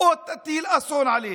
עוד תטיל אסון עליהם.